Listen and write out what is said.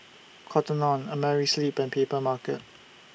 Cotton on Amerisleep and Papermarket